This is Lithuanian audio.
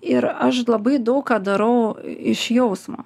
ir aš labai daug ką darau iš jausmo